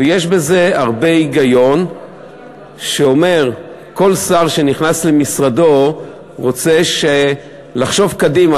ויש בזה הרבה היגיון שאומר: כל שר שנכנס למשרדו רוצה לחשוב קדימה,